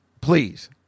please